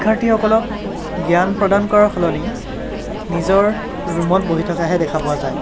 শিক্ষাৰ্থীসকলক জ্ঞান প্ৰদান কৰাৰ সলনি নিজৰ ৰুমত বহি থকাহে দেখা পোৱা যায়